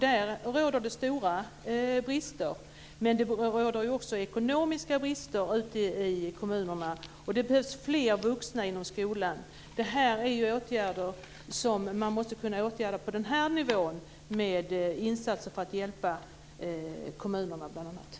Där råder det stora brister, men det är också ekonomiska brister i kommunerna. Det behövs fler vuxna i skolan. Det här är åtgärder som man måste kunna åtgärda på den här nivån, med insatser för att hjälpa bl.a. kommunerna.